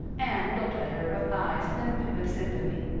anne looked at her with eyes limpid with sympathy.